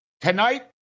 Tonight